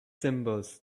symbols